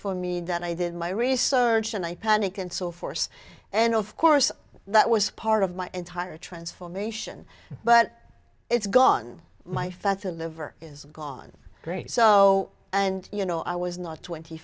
for me that i did my research and i panic and so force and of course that was part of my entire transform nation but it's gone my fatha liver is gone great so and you know i was not twenty